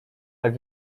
tak